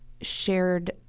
shared